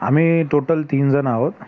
आम्ही टोटल तीन जण आहोत